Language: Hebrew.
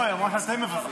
לא, היא אמרה שאתם מבזים.